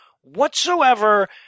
whatsoever